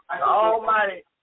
almighty